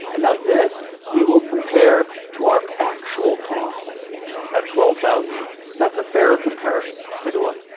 and now this we will compare to our actual costs at twelve thousand units. that's a fairer comparison. let's take a look.